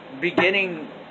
beginning